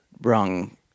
wrong